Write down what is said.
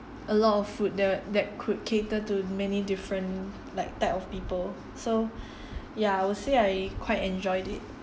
a lot of food that that could cater to many different like type of people so ya I would say I quite enjoyed it